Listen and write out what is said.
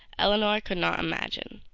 elinor could not imagine.